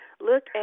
Look